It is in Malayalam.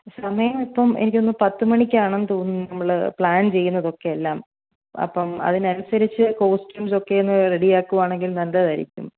സമയം ഇപ്പം എനിക്ക് തോന്നുന്നു പത്തുമണിക്കാണെന്ന് തോന്നുന്നു നമ്മൾ പ്ലാൻ ചെയ്യുന്നതൊക്കെ എല്ലാം അപ്പം അതിനനുസരിച്ച് കോസ്റ്റുംസ് ഒക്കെയൊന്ന് റെഡി ആക്കുകയാണെങ്കിൽ നല്ലതായിരിക്കും